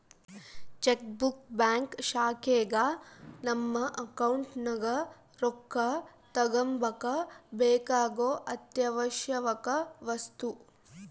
check book bank ಶಾಖೆಗ ನಮ್ಮ account ನಗ ರೊಕ್ಕ ತಗಂಬಕ ಬೇಕಾಗೊ ಅತ್ಯಾವಶ್ಯವಕ ವಸ್ತು